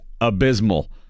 abysmal